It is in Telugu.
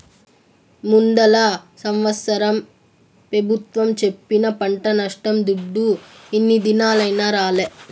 ముందల సంవత్సరం పెబుత్వం సెప్పిన పంట నష్టం దుడ్డు ఇన్ని దినాలైనా రాలే